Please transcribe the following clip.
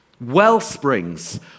wellsprings